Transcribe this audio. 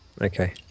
Okay